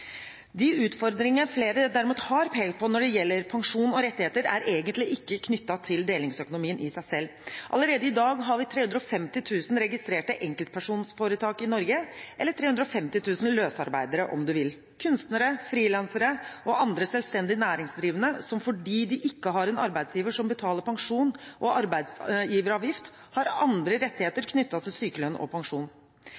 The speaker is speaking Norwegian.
De utfordringene flere derimot har pekt på når det gjelder pensjon og rettigheter, er egentlig ikke knyttet til delingsøkonomien i seg selv. Allerede i dag har vi 350 000 registrerte enkeltpersonforetak i Norge – eller 350 000 løsarbeidere, om en vil – kunstnere, frilansere og andre selvstendig næringsdrivende som, fordi de ikke har en arbeidsgiver som betaler pensjon og arbeidsgiveravgift, har andre rettigheter